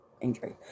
injury